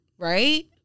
Right